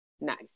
Nice